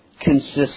consists